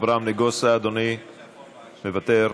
אברהם נגוסה, אדוני, מוותר,